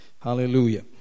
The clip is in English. Hallelujah